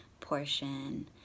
portion